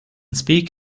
speak